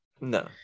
no